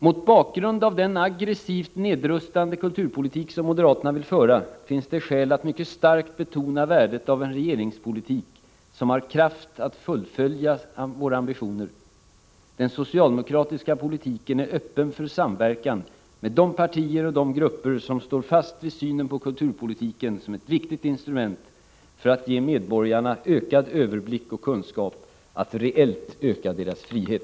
Mot bakgrund av den aggressivt nedrustande kulturpolitik som moderaterna vill föra finns det skäl att mycket starkt betona värdet av en regeringspolitik, som har kraft att fullfölja våra ambitioner. Den socialdemokratiska politiken är öppen för samverkan med de partier och de grupper som står fast vid synen på kulturpolitiken som ett viktigt instrument för att ge medborgarna ökad överblick och kunskap, att reellt öka deras frihet.